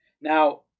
now